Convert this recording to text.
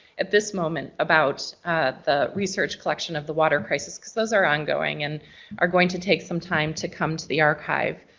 at this moment, about the research collection of the water crisis because those are ongoing and are going to take some time to come to the archive.